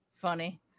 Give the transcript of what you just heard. Funny